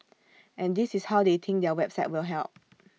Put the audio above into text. and this is how they think their website will help